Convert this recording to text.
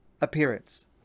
APPEARANCE